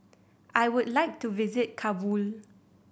I would like to visit Kabul